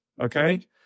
Okay